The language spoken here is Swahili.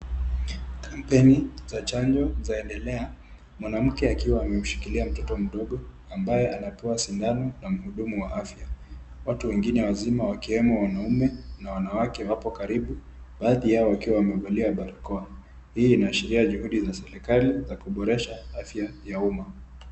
Kampeni za chanjo zinaendelea, mwanamke akiwa amemshikilia mtoto ambaye anapewa sindano na mhudumu wa afya , watu wengine wazima wakiwemo wanaume na wanawake wako karibu, baadhi yao wakiwa wamevalia barakoa, hii inaashiria juhudi za serikali za kuboresha afya ya umma.